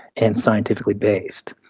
and scientifically based.